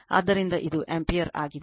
ಆದ್ದರಿಂದ ಇದು ಆಂಪಿಯರ್ ಆಗಿದೆ